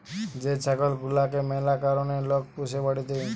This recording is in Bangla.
যে ছাগল গুলাকে ম্যালা কারণে লোক পুষে বাড়িতে